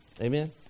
Amen